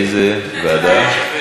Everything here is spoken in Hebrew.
איזה ועדה?